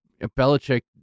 Belichick